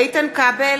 איתן כבל,